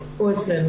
הוא אצלנו.